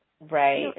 right